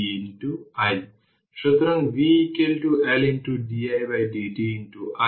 এটি তৈরি করছে 4 অর্থাৎ ইনিশিয়াল কন্ডিশন এ v c 0 কে 4 ভোল্ট দেওয়া হয়েছে কিন্তু এখানে বসানো হচ্ছে 4